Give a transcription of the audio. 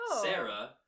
Sarah